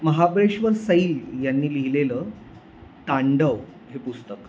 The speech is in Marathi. महाबळेश्वर सैल यांनी लिहिलेलं तांडव हे पुस्तक